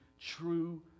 true